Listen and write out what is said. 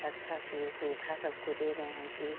अच्छा से सुविधा सबको दे रहे हैं कि